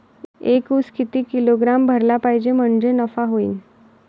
एक उस किती किलोग्रॅम भरला पाहिजे म्हणजे नफा होईन?